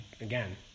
again